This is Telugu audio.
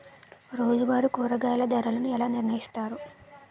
రోజువారి కూరగాయల ధరలను ఎలా నిర్ణయిస్తారు?